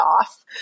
off